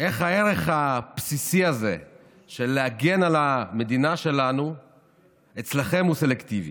איך הערך הבסיסי הזה של להגן על המדינה שלנו אצלכם הוא סלקטיבי.